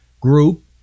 group